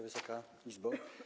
Wysoka Izbo!